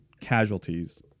casualties